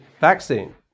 vaccine